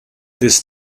this